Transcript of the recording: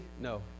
No